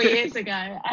years ago.